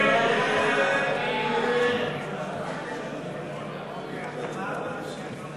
שם